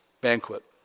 banquet